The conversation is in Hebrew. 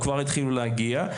והם כבר התחילו להגיע.